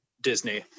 Disney